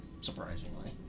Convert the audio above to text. surprisingly